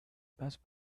passed